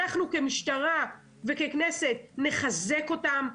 אנחנו כמשטרה וככנסת נחזק אותם,